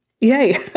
Yay